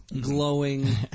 Glowing